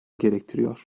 gerektiriyor